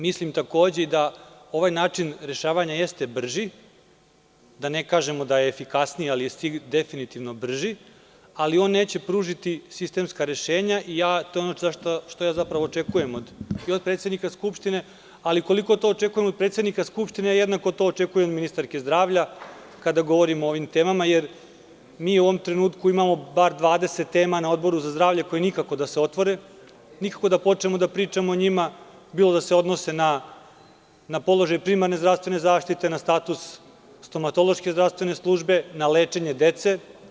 Mislim da ovaj način rešavanja jeste brži, da ne kažemo da je efikasniji, ali je definitivno brži, ali on neće pružiti sistemska rešenja i to je ono što očekujemo i od predsednika Skupštine, ali koliko to očekujemo i od predsednika Skupštine, jednako to očekujem i od ministarke zdravlja kada govorimo o ovim temama jer mi u ovom trenutku imamo bar dvadeset tema na Odboru za zdravlje koje nikako da se otvore, nikako da počnemo da pričamo o njima, bilo da se odnose na položaj primarne zdravstvene zaštite, na status stomatološke zdravstvene službe, na lečenje dece.